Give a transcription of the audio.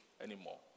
anymore